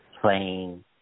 playing